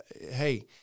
hey